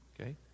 okay